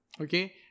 Okay